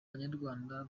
banyarwanda